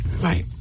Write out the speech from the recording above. Right